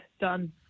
done